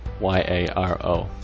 Y-A-R-O